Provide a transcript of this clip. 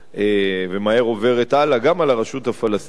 גם על הרשות הפלסטינית